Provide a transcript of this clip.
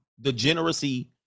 Degeneracy